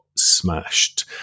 Smashed